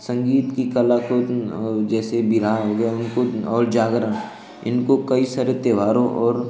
संगीत की कला को जैसे बिरहा हो गया उनको और जागरण इनको कई सारे त्योहारों और